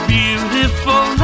beautiful